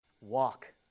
Walk